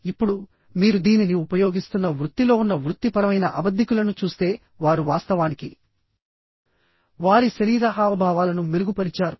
ఇప్పుడు మీరు దీనిని ఉపయోగిస్తున్న వృత్తిలో ఉన్న వృత్తిపరమైన అబద్ధికులను చూస్తే వారు వాస్తవానికి వారి శరీర హావభావాలను మెరుగుపరిచారు